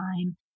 time